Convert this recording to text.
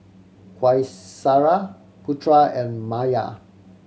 Qaisara Putra and Maya